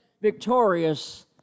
victorious